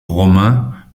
romain